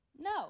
No